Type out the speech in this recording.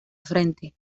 frente